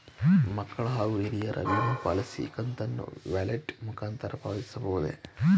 ಮಕ್ಕಳ ಹಾಗೂ ಹಿರಿಯರ ವಿಮಾ ಪಾಲಿಸಿ ಕಂತನ್ನು ವ್ಯಾಲೆಟ್ ಮುಖಾಂತರ ಪಾವತಿಸಬಹುದೇ?